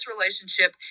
relationship